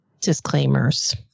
disclaimers